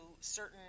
certain